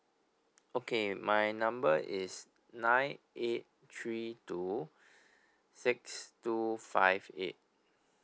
okay my number is nine eight three two six two five eight